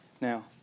Now